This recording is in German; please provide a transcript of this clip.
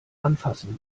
anfassen